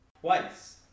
twice